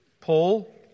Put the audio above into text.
Paul